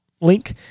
link